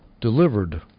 delivered